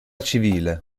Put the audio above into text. civile